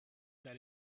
that